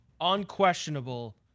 unquestionable